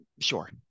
Sure